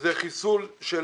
וזה חיסול של